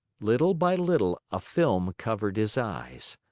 little by little a film covered his eyes.